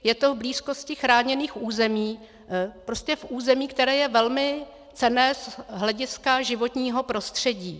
Je to v blízkosti chráněných území, prostě v území, které je velmi cenné z hlediska životního prostředí.